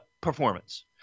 performance